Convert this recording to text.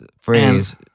phrase